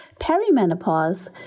Perimenopause